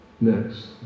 Next